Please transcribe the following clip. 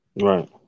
Right